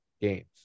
games